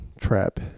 trap